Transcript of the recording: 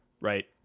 right